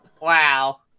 Wow